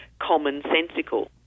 commonsensical